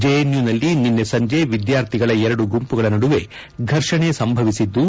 ಜೆಎನ್ಯುನಲ್ಲಿ ನಿನ್ನೆ ಸಂಜೆ ವಿದ್ಯಾರ್ಥಿಗಳ ಎರಡು ಗುಂಪುಗಳು ನಡುವೆ ಫರ್ಷಣೆ ಸಂಭವಿಸಿದ್ದು